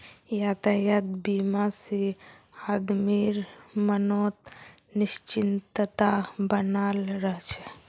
यातायात बीमा से आदमीर मनोत् निश्चिंतता बनाल रह छे